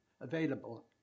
available